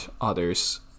others